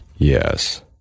Yes